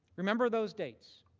remember those dates,